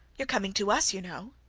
you're coming to us, you know.